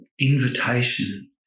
invitation